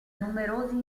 numerosi